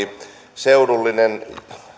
seudullinen